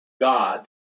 God